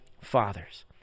fathers